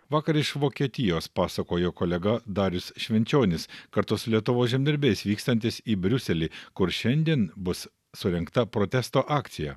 vakar iš vokietijos pasakojo kolega darius švenčionis kartu su lietuvos žemdirbiais vykstantis į briuselį kur šiandien bus surengta protesto akcija